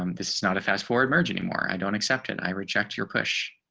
um this is not a fast forward merge anymore. i don't accept it. i reject your push